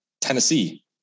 Tennessee